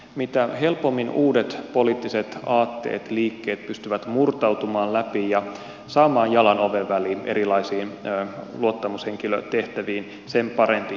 mitä helpommin uudet poliittiset aatteet liikkeet pystyvät murtautumaan läpi ja saamaan jalan oven väliin erilaisiin luottamushenkilötehtäviin sen parempi demokratialle